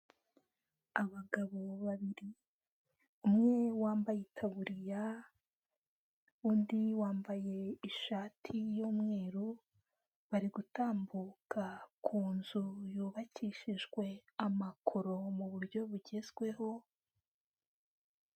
Abagabo babiri umwe wambaye itaburiya undi wambaye ishati y'umweru, bari gutambuka ku nzu yubakishijwe amakoro mu buryo bugezweho.